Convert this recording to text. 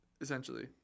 Essentially